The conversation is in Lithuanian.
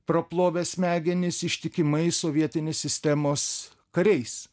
praplovę smegenis ištikimais sovietinės sistemos kariais